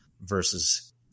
versus